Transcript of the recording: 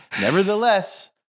Nevertheless